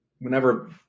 whenever